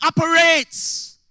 operates